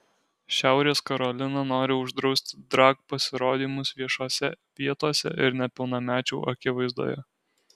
šiaurės karolina nori uždrausti drag pasirodymus viešose vietose ir nepilnamečių akivaizdoje